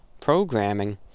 programming